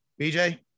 BJ